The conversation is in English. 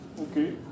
okay